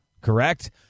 correct